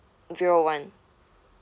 zero one